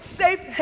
safe